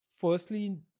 firstly